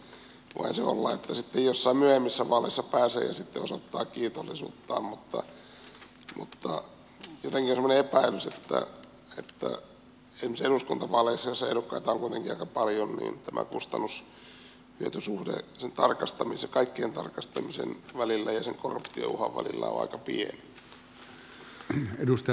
voihan se olla että sitten joissain myöhemmissä vaaleissa pääsee ja sitten osoittaa kiitollisuuttaan mutta jotenkin on semmoinen epäilys että esimerkiksi eduskuntavaaleissa joissa ehdokkaita on kuitenkin aika paljon tämä kustannushyöty suhde kaikkien tarkastamisen välillä ja sen korruptiouhan välillä on aika pieni